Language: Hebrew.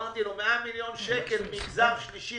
אמרתי לו: 100 מיליון שקל למגזר השלישי,